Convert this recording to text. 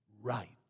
right